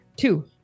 two